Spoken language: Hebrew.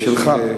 לשלך.